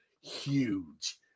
huge